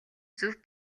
зөв